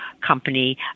company